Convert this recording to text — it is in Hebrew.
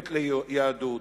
ומחויבת ליהדות?